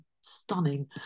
stunning